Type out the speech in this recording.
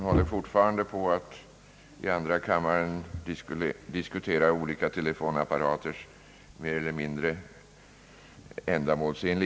Herr talman!